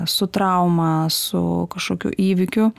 su trauma su kažkokiu įvykiu